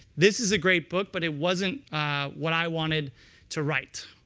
this is a great book, but it wasn't what i wanted to write.